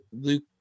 Luke